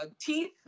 teeth